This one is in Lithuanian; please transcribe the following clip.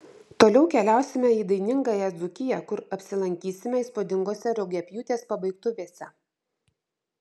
toliau keliausime į dainingąją dzūkiją kur apsilankysime įspūdingose rugiapjūtės pabaigtuvėse